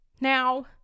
now